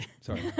Sorry